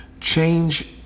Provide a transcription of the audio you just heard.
change